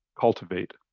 cultivate